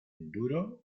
duro